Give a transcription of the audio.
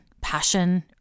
passion